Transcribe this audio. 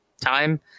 time